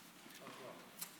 להגיד.